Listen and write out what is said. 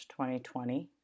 2020